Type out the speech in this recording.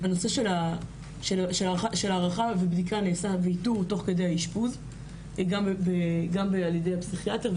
בנושא של הערכה ובדיקה נעשה באיתור תוך כדי האשפוז גם על ידי הפסיכיאטר,